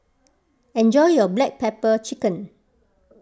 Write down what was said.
enjoy your Black Pepper Chicken